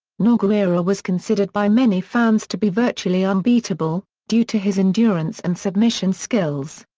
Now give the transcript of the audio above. nogueira was considered by many fans to be virtually unbeatable, due to his endurance and submission skills.